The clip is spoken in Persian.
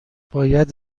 باید